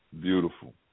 Beautiful